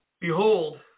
Behold